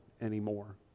anymore